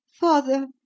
Father